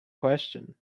question